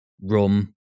rum